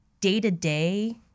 day-to-day